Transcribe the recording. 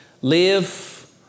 Live